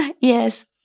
Yes